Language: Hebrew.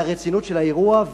מהרצינות של האירוע.